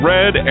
Red